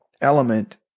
element